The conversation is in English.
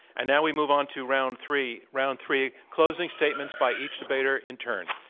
and now we move on to round three, round three, closing statements by each debater in turn.